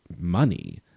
money